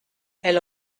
elle